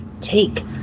take